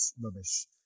rubbish